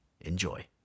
Enjoy